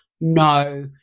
No